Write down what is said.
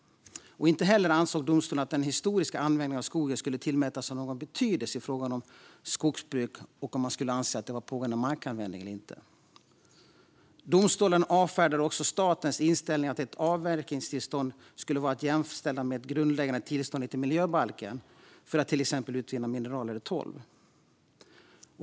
Inte heller ansåg domstolen att den historiska användningen av skogen skulle tillmätas betydelse i frågan om huruvida skogsbruk är att anse som pågående markanvändning eller inte. Domstolen avfärdade statens inställning att ett avverkningstillstånd skulle vara att jämställa med ett grundläggande tillstånd enligt miljöbalken för att till exempel utvinna mineral eller torv.